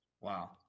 wow